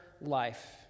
life